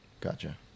Gotcha